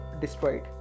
destroyed